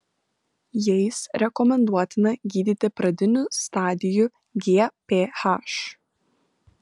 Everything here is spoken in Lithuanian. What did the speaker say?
jais rekomenduotina gydyti pradinių stadijų gph